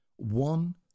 one